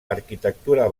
arquitectura